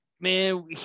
man